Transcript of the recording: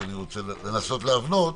שאני רוצה לנסות להבנות,